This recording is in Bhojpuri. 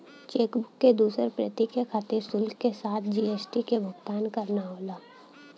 चेकबुक क दूसर प्रति के खातिर शुल्क के साथ जी.एस.टी क भुगतान करना होला